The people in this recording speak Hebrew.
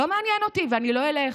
לא מעניין אותי, ואני לא אלך.